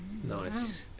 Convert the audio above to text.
Nice